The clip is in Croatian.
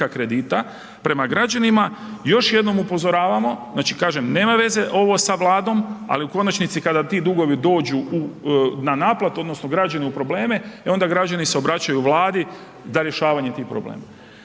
kredita. Još jednom upozoravamo, znači kažem nema veze ovo sa vladom, ali u konačnici kada ti dugovi dođu na naplatu odnosno građani u probleme, e onda građani se obraćaju vladi za rješavanje tih problema